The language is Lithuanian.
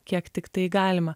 kiek tiktai galima